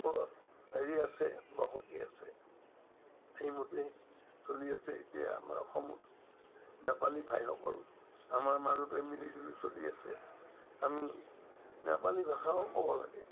হেৰি আছে বসতি আছে সেইমতেই চলি আছে এতিয়া আমাৰ অসমত নেপালী ভাইসকল আমাৰ মাজতে মিলি জুলি চলি আছে আমি নেপালী ভাষাও ক'ব লাগে